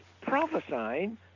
prophesying